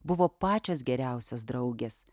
buvo pačios geriausios draugės